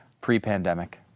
pre-pandemic